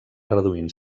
reduint